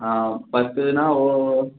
பத்துனா ஓ